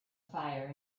fire